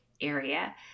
area